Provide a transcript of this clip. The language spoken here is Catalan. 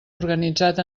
organitzat